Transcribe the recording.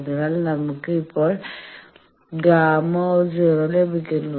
അതിനാൽ നമുക്ക് ഇപ്പോൾ Γ ലഭിക്കുന്നു